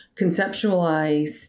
conceptualize